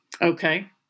Okay